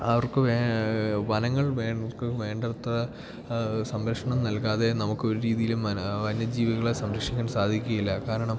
അവർക്ക് വനങ്ങൾ അവർക്ക് വേണ്ടത്ര സംരക്ഷണം നൽകാതെ നമുക്ക് ഒരു രീതിയിലും വന്യജീവികളെ സംരക്ഷിക്കാൻ സാധിക്കുകയില്ല കാരണം